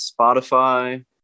spotify